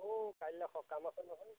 অ' কাইলৈ সকাম আছে নহয়